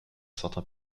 certains